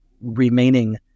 remaining